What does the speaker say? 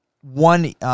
one